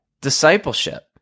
discipleship